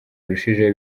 birushijeho